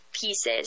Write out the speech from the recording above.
pieces